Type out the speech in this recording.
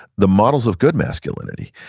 the models of good masculinity.